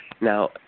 Now